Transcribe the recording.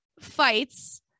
fights